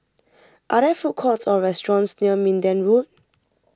are there food courts or restaurants near Minden Road